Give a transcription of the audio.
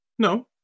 no